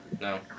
no